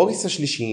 בוריס השלישי